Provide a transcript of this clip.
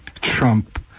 Trump